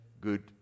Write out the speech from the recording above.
good